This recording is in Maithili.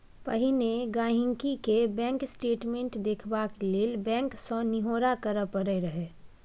पहिने गांहिकी केँ बैंक स्टेटमेंट देखबाक लेल बैंक सँ निहौरा करय परय रहय